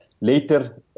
Later